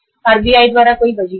RBI की तरफ से कोई शर्त नहीं है